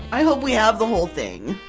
i hope we have the whole thing!